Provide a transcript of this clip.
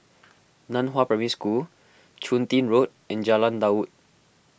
Nan Hua Primary School Chun Tin Road and Jalan Daud